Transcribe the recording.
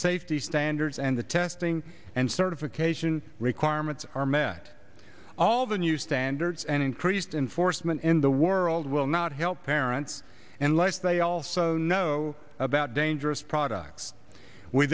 safety standards and the testing and certification requirements are met all the new standards and increased enforcement in the world will not help parents and lest they also know about dangerous products we